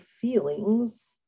feelings